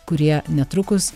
kurie netrukus